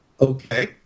Okay